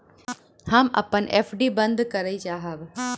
हम अपन एफ.डी बंद करय चाहब